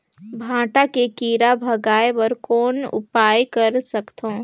भांटा के कीरा भगाय बर कौन उपाय कर सकथव?